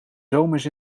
zomers